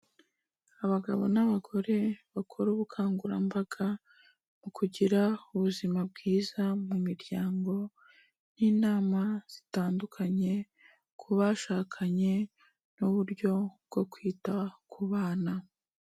Abagabo n'abagore bakora ubukangurambaga mu kugira ubuzima bwiza mu miryango' n'inama zitandukanye ku bashakanye n'uburyo bwo kwita ku bana.